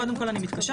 קודם כל אני מתקשרת,